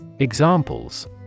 Examples